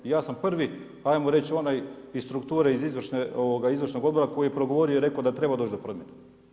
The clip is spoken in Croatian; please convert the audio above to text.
I ja sam prvi ajmo reći onaj iz strukture izvršnog odbora koji je progovorio i rekao da treba doći do promjene.